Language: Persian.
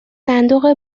صندوق